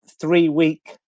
three-week